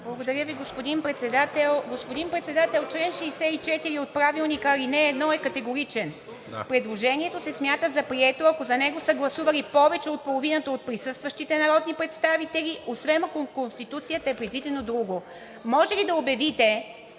Благодаря Ви, господин Председател. Господин Председател, чл. 64, ал. 1 от Правилника е категоричен – предложението се смята за прието, ако за него са гласували повече от половината от присъстващите народни представители, освен ако в Конституцията е предвидено друго. Може ли да обявите: